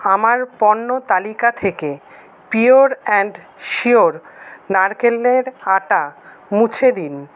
আমার পণ্য তালিকা থেকে পিওর অ্যান্ড শিওর নারকেলের আটা মুছে দিন